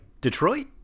Detroit